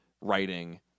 writing